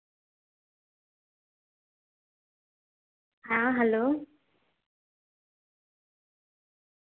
ᱦᱮᱸ ᱦᱮᱞᱳ